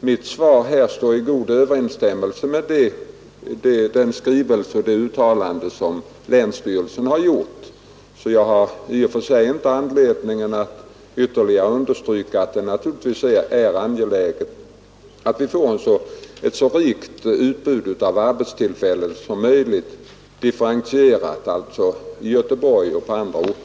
mitt svar här står i god överensstämmelse med länsstyrelsens skrivelse och uttalande, så jag har i och för sig inte anledning att ytterligare understryka att det naturligtvis är angeläget att vi får ett så rikt och differentierat utbud av arbetstillfällen som möjligt i Göteborg och på andra orter.